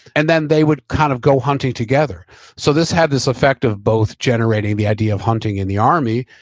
and then they would kind of go hunting together so this had this effect of both generating the idea of hunting in the army,